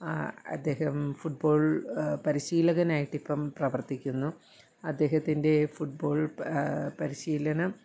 അദ്ദേഹം ഫുട്ബോൾ പരിശീലകൻ ആയിട്ട് ഇപ്പം പ്രവർത്തിക്കുന്നു അദ്ദേഹത്തിൻ്റെ ഫുട്ബോൾ പരിശീലനം